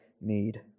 need